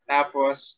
Tapos